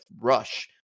rush